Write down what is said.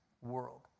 world